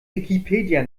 wikipedia